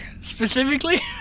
specifically